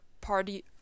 party